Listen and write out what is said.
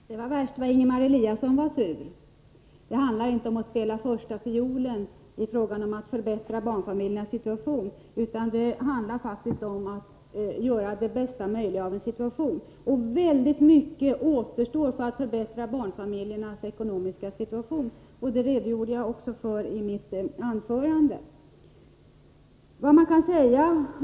Herr talman! Det var värst vad Ingemar Eliasson var sur. Det handlar inte om att spela första fiolen när det gäller frågan om att förbättra barnfamiljernas situation. Det handlar faktiskt om att göra det bästa möjliga av situationen. Väldigt mycket återstår för att förbättra barnfamiljernas ekonomiska situation. Det redogjorde jag också för i mitt anförande.